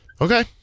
Okay